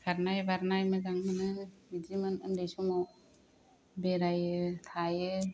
खारना बारनाय मोजां मोनो बिदिमोन उन्दै समाव बेरायो थायो